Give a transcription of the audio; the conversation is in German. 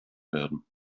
werden